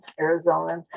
Arizona